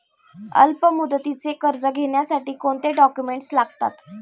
अल्पमुदतीचे कर्ज घेण्यासाठी कोणते डॉक्युमेंट्स लागतात?